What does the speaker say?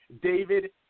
David